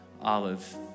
Olive